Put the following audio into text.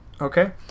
Okay